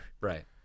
Right